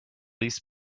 least